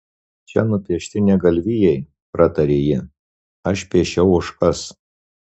čia nupiešti ne galvijai pratarė ji aš piešiau ožkas